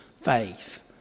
faith